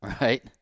Right